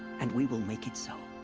and we will make it so.